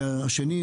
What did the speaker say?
והשני,